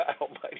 Almighty